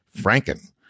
franken